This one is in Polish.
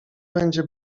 będzie